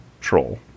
troll